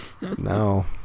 No